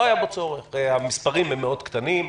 המספרים מאוד קטנים,